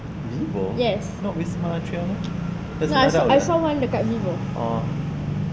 vivo not wisma atria meh because I tahu yang oh